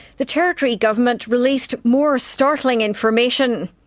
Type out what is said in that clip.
the territory government released more startling information.